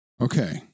Okay